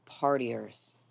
partiers